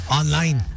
online